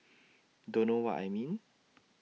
don't know what I mean